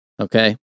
Okay